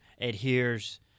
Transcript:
adheres